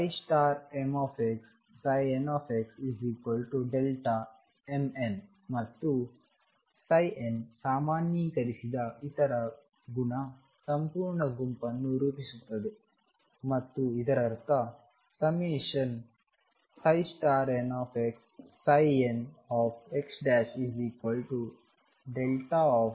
ಮತ್ತು nಸಾಮಾನ್ಯೀಕರಿಸಿದ ಇತರ ಗುಣ ಸಂಪೂರ್ಣ ಗುಂಪನ್ನು ರೂಪಿಸುತ್ತದೆ ಮತ್ತು ಇದರರ್ಥ ∑nxnxδx x